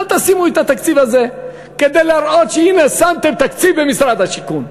אל תשימו את התקציב הזה כדי להראות שהנה שמתם תקציב במשרד השיכון,